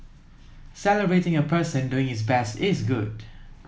celebrating a person doing his best is good